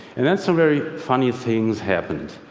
and then some very funny things happened.